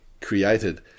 created